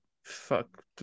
fuck